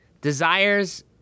desires